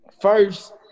First